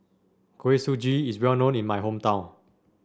Kuih Suji is well known in my hometown